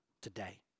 today